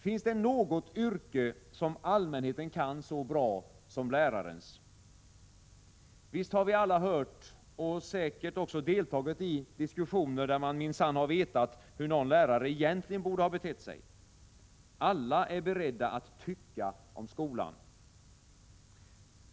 Finns det något yrke som allmänheten kan så bra som lärarens? Visst har vi alla hört — och säkert också deltagit i — diskussioner där man minsann har vetat hur någon lärare egentligen borde ha betett sig. Alla är beredda att ”tycka” om skolan.